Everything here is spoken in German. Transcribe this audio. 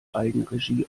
eigenregie